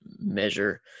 measure